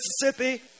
Mississippi